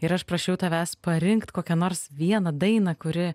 ir aš prašiau tavęs parinkt kokią nors vieną dainą kuri